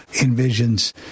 Envision's